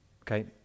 okay